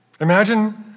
Imagine